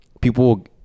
people